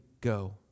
go